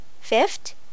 Fifth